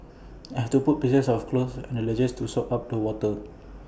I had to put pieces of cloth on the ledges to soak up the water